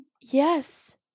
Yes